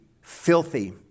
filthy